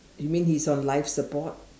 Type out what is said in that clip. you mean he's on life support